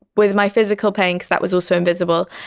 with my physical pain because that was also invisible.